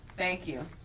thank you.